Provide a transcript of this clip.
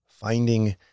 Finding